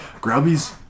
Grubby's